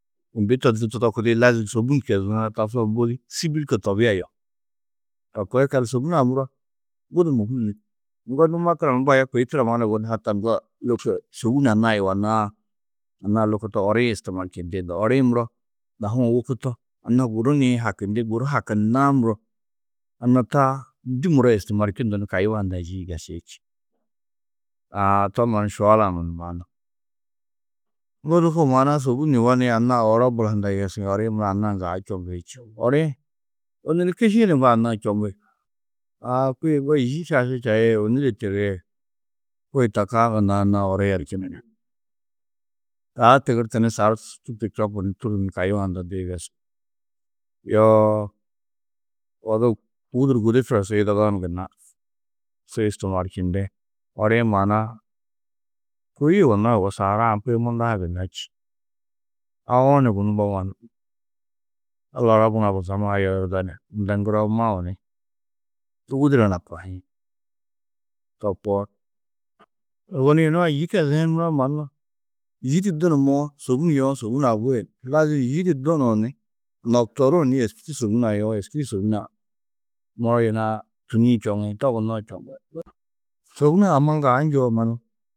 Imbi to du tudokidĩ lazim sôbun kezuwo tasu-ã bôli sîbilko tobîa yohi. To koo yikallu sôbun-ã muro budi mûhum Ŋgo nû matalan, mbo aya kôi mannu hatar sôbun anna-ã yugonnãá, anna-ã lôko to ori-ĩ istimaalčindi noo. Ori-ĩ muro dahu-ã wôku to, anna guru nii hakindi, guru hakundunnãá muro, anna taa ndû muro istimaalčundu ni kayuã hundɑ͂ yî yigesi či. Aa to mannu šual-ã munumaa noo. Ŋgo lôko sôbun yugó ni, anna-ã oro bula hundã yigesĩ, ori-ĩ muro anna-ã ŋgaa čoŋgi či? Ori-ĩ ônuri kiši-ĩ du anna-ã čoŋgi. Aa kôe ŋgo yî šaši čai yê ônure kôe ta kaã gunna anna-ã oro yerčunu ni taa tigirtu ni sar čundu čoŋgu ni tûrru ni kayuã hunda du yigesi. Yoo, odu wûdur gudi turo su yidadoo ni gunna su istimaalčindi. Ori-ĩ maana-ã kôi yugonno yugó saharaa-ã kôe munda ha gunna čî. Auũ gunú mbo mannu. Alla Robinaa busamma ha yodurdo ni de ŋgiroo mau ni wûduro naa kohiĩ. To koo, ôwonni yunu yî keziĩ muro mannu yî di dunumoo, sôbun yewo, sôbun-ã guyunú. Lazim yî di dunuũ ni nobtoruũ ni êski di sôbun-ã yewo, sôbun-ã muro yunu-ã tûni-ĩ čoŋi, to gunnoó čoŋú. Sôbun-ã amma ŋgaa njûwo mannu.